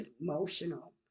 emotional